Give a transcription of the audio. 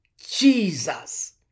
Jesus